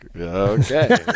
okay